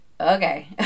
okay